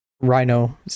Rhino